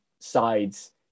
sides